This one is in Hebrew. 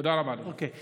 תודה רבה, אדוני.